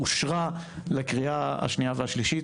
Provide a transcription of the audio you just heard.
היא אושרה לקריאה השנייה והשלישית,